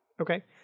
Okay